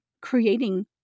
creating